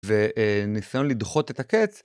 וניסיון לדחות את הקץ.